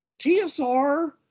TSR